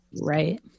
Right